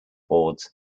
boards